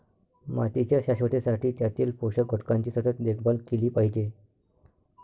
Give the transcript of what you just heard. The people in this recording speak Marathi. मातीच्या शाश्वततेसाठी त्यातील पोषक घटकांची सतत देखभाल केली पाहिजे